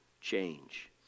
change